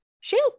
shoot